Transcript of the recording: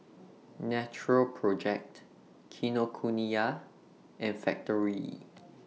Natural Project Kinokuniya and Factorie